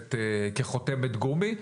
כחותמת גומי.